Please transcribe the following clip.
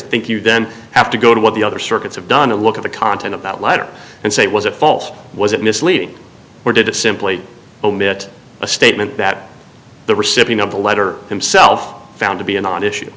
think you then have to go to what the other circuits have done and look at the content of that letter and say it was a fault was it misleading or did it simply omit a statement that the recipient of the letter himself found to be a non issue